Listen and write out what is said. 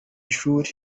ishuri